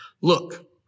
look